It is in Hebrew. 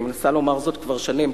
אני מנסה לומר זאת כבר שנים,